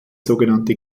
sogenannte